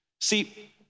See